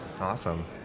awesome